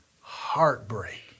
Heartbreak